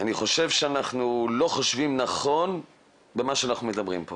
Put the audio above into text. אני חושב שאנחנו לא חושבים נכון במה שאנחנו מדברים פה